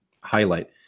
highlight